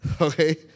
okay